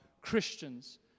Christians